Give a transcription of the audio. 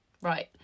right